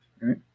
right